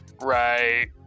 Right